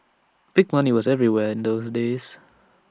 big money was everywhere in those days